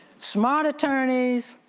smart attorneys,